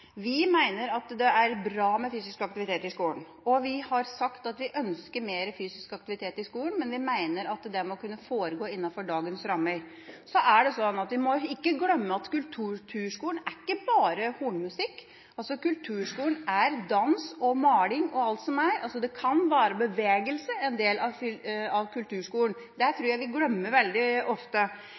er bra med fysisk aktivitet i skolen, og vi har sagt at vi ønsker mer fysisk aktivitet i skolen, men vi mener at det må kunne foregå innenfor dagens rammer. Så må vi ikke glemme at kulturskolen ikke bare er hornmusikk, kulturskolen er dans og maling og alt som er. Det kan være bevegelse i en del av kulturskolen. Det tror jeg vi glemmer veldig ofte.